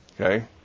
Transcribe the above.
okay